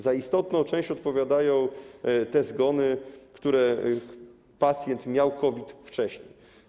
Za istotną część odpowiadają te zgony, gdzie pacjent miał COVID wcześniej.